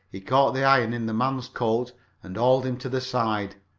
he caught the iron in the man's coat and hauled him to the side.